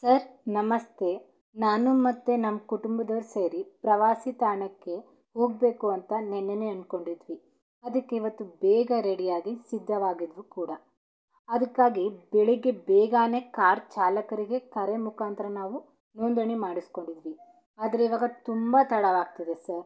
sir ನಮಸ್ತೆ ನಾನು ಮತ್ತು ನಮ್ಮ ಕುಟುಂಬದವ್ರು ಸೇರಿ ಪ್ರವಾಸಿ ತಾಣಕ್ಕೆ ಹೋಗ್ಬೇಕು ಅಂತ ನಿನ್ನೆಯೇ ಅಂದ್ಕೊಂಡಿದ್ವಿ ಅದಕ್ಕೆ ಇವತ್ತು ಬೇಗ ರೆಡಿಯಾಗಿ ಸಿದ್ಧವಾಗಿದ್ವಿ ಕೂಡ ಅದಕ್ಕಾಗಿ ಬೆಳಿಗ್ಗೆ ಬೇಗ ಕಾರ್ ಚಾಲಕರಿಗೆ ಕರೆ ಮುಖಾಂತರ ನಾವು ನೋಂದಣಿ ಮಾಡಿಸ್ಕೊಂಡಿದ್ವಿ ಆದರೆ ಇವಾಗ ತುಂಬ ತಡವಾಗ್ತಿದೆ ಸರ್